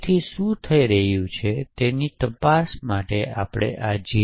તેથી શું થઈ રહ્યું છે તેની તપાસ કરવા માટે આપણે જી